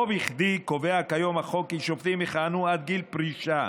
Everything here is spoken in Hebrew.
לא בכדי קובע כיום החוק כי שופטים יכהנו עד גיל פרישה.